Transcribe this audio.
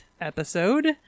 episode